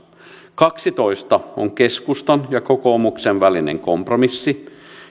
kaksitoista on keskustan ja kokoomuksen välinen kompromissi